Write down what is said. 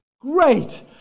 great